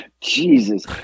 jesus